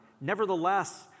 Nevertheless